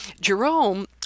Jerome